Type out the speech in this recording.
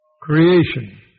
Creation